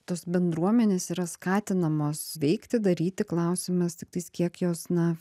tos bendruomenės yra skatinamos veikti daryti klausimas tiktais kiek jos na